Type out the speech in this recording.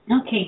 Okay